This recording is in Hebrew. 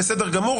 בסדר גמור,